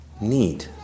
need